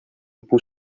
pour